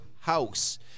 house